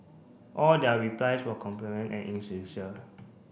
all their replies were and insincere